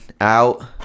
out